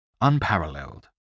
unparalleled